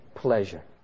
pleasure